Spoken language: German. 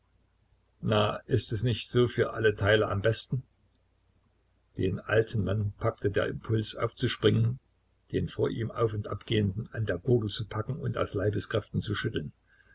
na ist es nicht so für alle teile am besten den alten mann packte der impuls aufzuspringen den vor ihm auf und abgehenden an der gurgel zu packen und aus leibeskräften zu schütteln